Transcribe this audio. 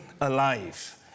alive